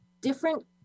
different